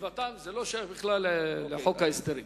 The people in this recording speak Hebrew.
עזיבתם לא שייכת בכלל לחוק ההסדרים,